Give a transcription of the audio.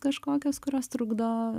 kažkokios kurios trukdo